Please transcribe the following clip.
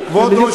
לסדר.